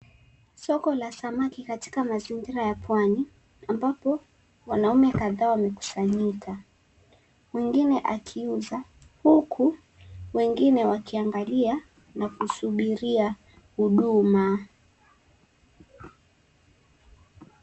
Soko la samaki katika mazingira ya pwani. Ambapo wanaume kadhaa wamekusanyika, mwengine akiuza huku wengine wakiangalia na kusubiria huduma.